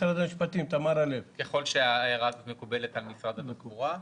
ככל שההערה מקובלת על משרד התחבורה.